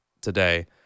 today—